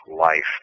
life